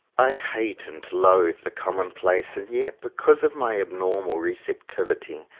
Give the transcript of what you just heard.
i hate and loathe the commonplace and yet because of my abnormal receptivity,